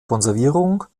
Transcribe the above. konservierung